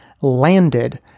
landed